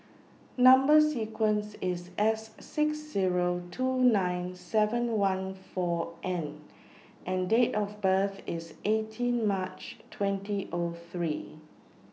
Number sequence IS S six Zero two nine seven one four N and Date of birth IS eighteen March twenty O three